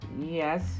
Yes